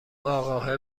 اقاهه